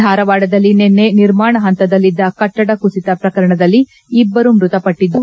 ಧಾರವಾಡದಲ್ಲಿ ನಿನ್ನೆ ನಿರ್ಮಾಣ ಹಂತದಲ್ಲಿದ್ದ ಕಟ್ಟಡ ಕುಸಿತ ಪ್ರಕರಣದಲ್ಲಿ ಇಬ್ಬರು ಮೃತಪಟ್ಟದ್ದು